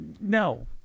no